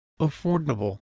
affordable